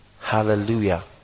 Hallelujah